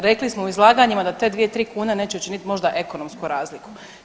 Rekli smo u izlaganjima da te dvije, tri, kune neće učiniti možda ekonomsku razliku.